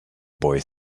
boy